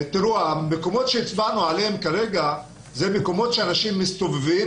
המקומות עליהם הצבענו הם מקומות שאנשים מסתובבים,